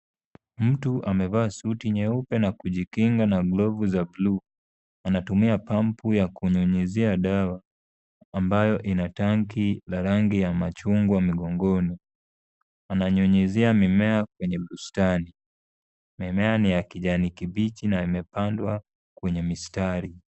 Mtu amevaa suti nyeupe na kujikinga na glovu za bluu. Anatumia pampu ya kunyunyuzia dawa ambalo lina tanki ya rangi ya machungu mgongoni. Ananyunyuzia mimea kwenye bustani. Mimea ni ya kijani kibichi na yamepandwa kwenye mistari.